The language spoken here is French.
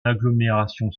agglomération